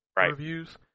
reviews